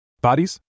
Bodies